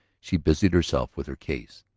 she busied herself with her case.